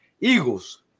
Eagles